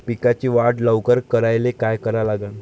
पिकाची वाढ लवकर करायले काय करा लागन?